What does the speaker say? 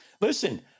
Listen